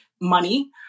money